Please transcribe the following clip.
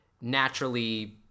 naturally